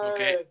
Okay